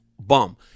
bum